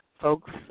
folks